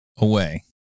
away